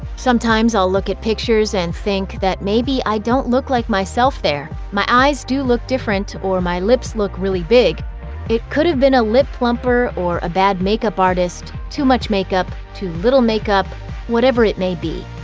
sometimes i'll look at pictures and think that maybe i don't look like myself there. my eyes look different or my lips look really big it could've been a lip plumper, or a bad makeup artist, too much makeup, too little makeup whatever it may be.